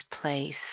place